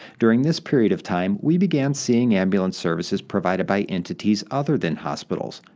during this period of time, we began seeing ambulance services provided by entities other than hospitals.